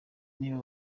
niba